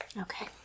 okay